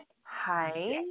hi